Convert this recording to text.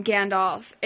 Gandalf